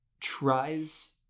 tries